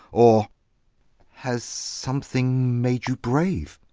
or has something made you brave?